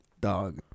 Dog